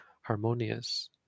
harmonious